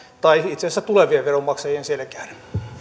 tai itse asiassa tulevien veronmaksajien selkään